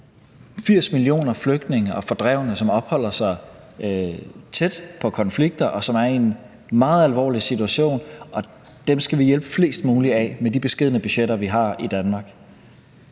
80 millioner flygtninge og fordrevne, som opholder sig tæt på konflikter, og som er i en meget alvorlig situation, og dem skal vi hjælpe flest mulige af med de beskedne budgetter, vi har i Danmark.